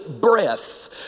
breath